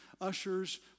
ushers